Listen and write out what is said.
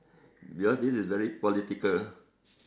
because this is very political